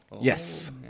Yes